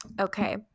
Okay